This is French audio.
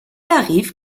arrive